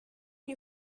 you